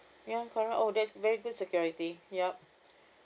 ya correct oh that's very good security yup